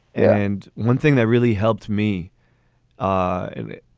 and one thing that really helped me ah in it,